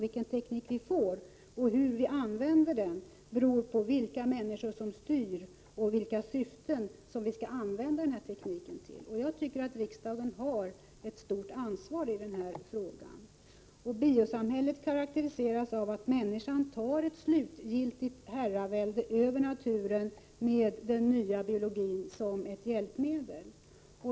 Vilken teknik vi får och hur vi använder den beror på vilka människor som styr och vilka syften som vi har med tekniken. Jag tycker att riksdagen har ett stort ansvar i den här frågan. Biosamhället karakteriseras av att människan tar ett slutgiltigt herravälde över naturen, med den nya biologin som ett hjälpmedel.